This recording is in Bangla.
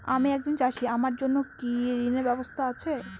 আমি একজন চাষী আমার জন্য কি ঋণের ব্যবস্থা আছে?